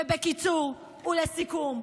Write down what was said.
בקיצור ולסיכום,